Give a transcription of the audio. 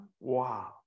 Wow